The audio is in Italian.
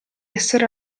essere